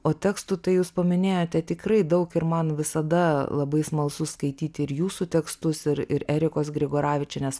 o tekstų tai jūs paminėjote tikrai daug ir man visada labai smalsu skaityti ir jūsų tekstus ir ir erikos grigoravičienės